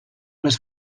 més